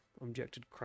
objected